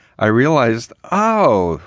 i realized, oh,